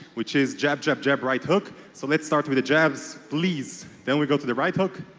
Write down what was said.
which is jab, jab, jab, right hook. so let's start with the jabs please. then we go to the right hook.